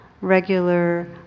regular